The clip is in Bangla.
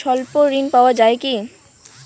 স্বল্প ঋণ পাওয়া য়ায় কি?